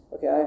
Okay